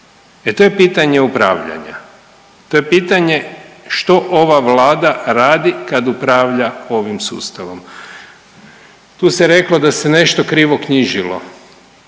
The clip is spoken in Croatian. E to je pitanje upravljanja, to je pitanje što ova Vlada radi kad upravlja ovim sustavom? Tu se reklo da se nešto krivo knjižilo,